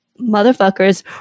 motherfuckers